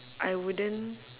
I wouldn't